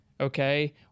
Okay